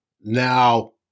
Now